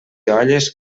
olles